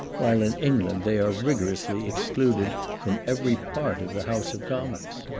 while in england they are rigorously excluded from every part of the house of commons.